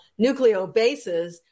nucleobases